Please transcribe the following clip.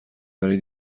برای